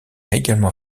également